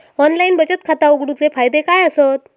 Online बचत खाता उघडूचे फायदे काय आसत?